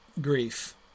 grief